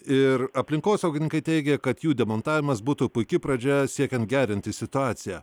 ir aplinkosaugininkai teigia kad jų demontavimas būtų puiki pradžia siekiant gerinti situaciją